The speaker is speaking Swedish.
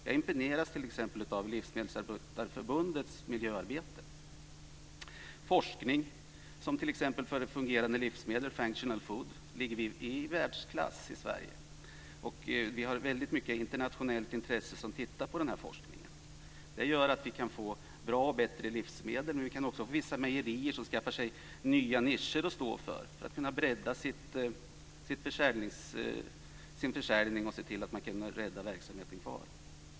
Jag imponeras t.ex. I fråga om forskning om fungerande livsmedel, functional food, ligger vi i världsklass i Sverige. Det är många från internationellt håll som följer denna forskning. Det gör att vi kan få bra och bättre livsmedel, men vi kan även få vissa mejerier som skaffar sig nya nischer för att kunna bredda sin försäljning och rädda verksamheten.